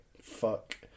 Fuck